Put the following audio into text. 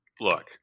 look